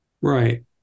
Right